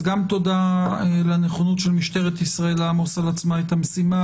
גם תודה לנכונות של משטרת ישראל לעמוס על עצמה את המשימה